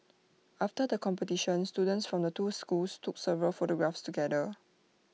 after the competition students from the two schools took several photographs together